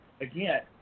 again